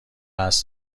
اسب